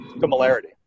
Similarity